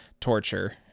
torture